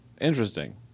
Interesting